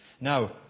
Now